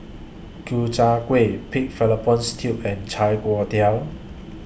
Ku Chai Kueh Pig Fallopian Tubes and Chai Tow Kuay